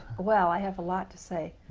well i have a lot to say.